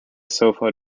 sofa